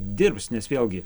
dirbs nes vėlgi